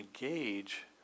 engage